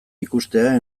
ikustea